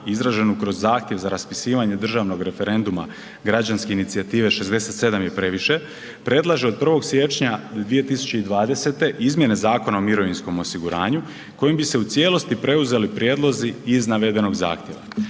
izraženu kroz zahtjev za raspisivanje državnog referenduma Građanske inicijative „67 je previše“ predlaže od 1. siječnja 2020. izmjene Zakona o mirovinskom osiguranju kojim bi se u cijelosti preuzeli prijedlozi iz navedenog zahtjeva.